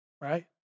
right